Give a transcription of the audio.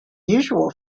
usual